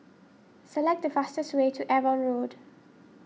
select the fastest way to Avon Road